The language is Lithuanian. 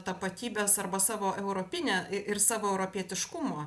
tapatybės arba savo europinė ir savo europietiškumo